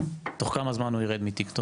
תוך כמה זמן הוא ירד מטיקטוק?